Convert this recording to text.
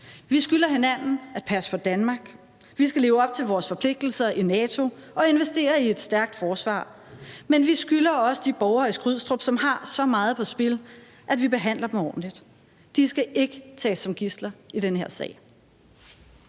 Vi skylder hinanden at passe på Danmark. Vi skal leve op til vores forpligtelser i NATO og investere i et stærkt forsvar, men vi skylder også de borgere i Skrydstrup, som har så meget på spil, at vi behandler dem ordentligt. De skal ikke tages som gidsler i den her sag.